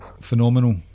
Phenomenal